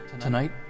tonight